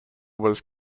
was